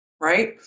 right